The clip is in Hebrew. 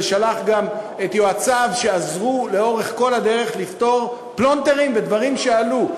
ושלח גם את יועציו שעזרו לאורך כל הדרך לפתור פלונטרים בדברים שעלו.